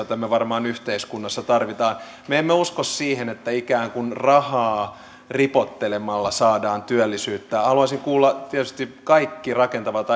joita me varmaan yhteiskunnassa tarvitsemme me emme usko siihen että ikään kuin rahaa ripottelemalla saadaan työllisyyttä haluaisin kuulla tietysti kaikki rakentavat